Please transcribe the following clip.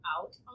out